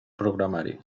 programari